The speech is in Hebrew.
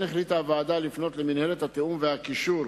כן החליטה הוועדה לפנות למינהלת התיאום והקישור,